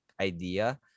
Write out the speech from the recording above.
idea